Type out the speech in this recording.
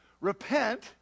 repent